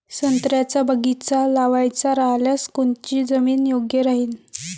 संत्र्याचा बगीचा लावायचा रायल्यास कोनची जमीन योग्य राहीन?